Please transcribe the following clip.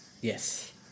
Yes